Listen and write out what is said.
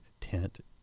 tent